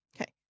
okay